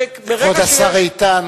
ומרגע שיש, כבוד השר איתן.